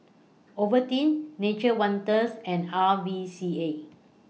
Ovaltine Nature's Wonders and R V C A